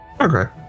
Okay